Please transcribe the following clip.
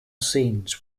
scenes